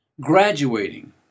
graduating